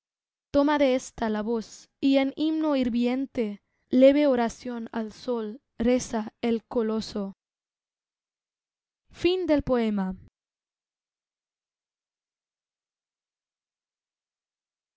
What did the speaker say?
toma de esta la voz y en himno hirviente leve oración al sol reza el coloso